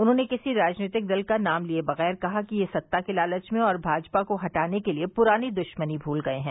उन्होंने किसी राजनीतिक दल का नाम लिये बगैर कहा कि यह सत्ता के लालच में और भाजपा को हटाने के लिये प्रानी दृश्मनी भूल गये हैं